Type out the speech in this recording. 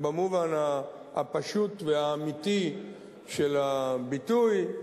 במובן הפשוט והאמיתי של הביטוי,